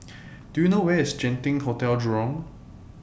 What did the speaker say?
Do YOU know Where IS Genting Hotel Jurong